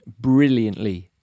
brilliantly